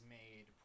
made